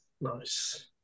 Nice